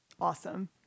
Awesome